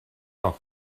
vingt